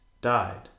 died